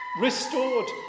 Restored